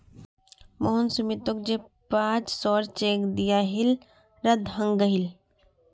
मोहन सुमीतोक जे पांच सौर चेक दियाहिल रद्द हंग गहील